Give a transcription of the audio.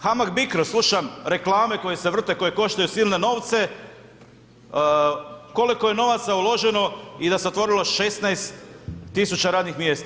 HAMAG-BICRO, slušam reklame koje se vrte, koje koštaju silne novce, koliko je novaca uloženo i da se otvorilo 16 tisuća radnih mjesta.